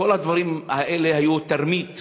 כל הדברים האלה היו תרמית